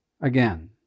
again